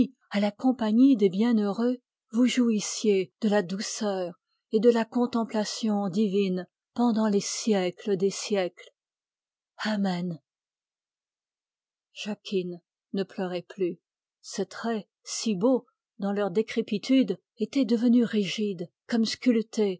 à la compagnie des bienheureux vous jouissiez de la douceur et de la contemplation divine pendant les siècles des siècles amen jacquine ne pleurait plus ses traits si beaux dans leur décrépitude étaient devenus rigides comme sculptés